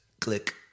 Click